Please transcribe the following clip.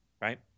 right